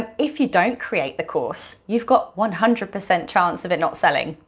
ah if you don't create the course, you've got one hundred percent chance of it not selling,